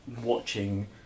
watching